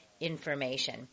information